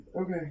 Okay